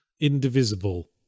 Indivisible